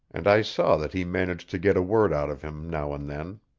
and i saw that he managed to get a word out of him now and then.